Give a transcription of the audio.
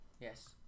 Yes